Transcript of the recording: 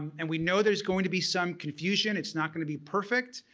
and we know there's going to be some confusion, it's not going to be perfect,